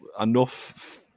enough